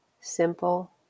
simple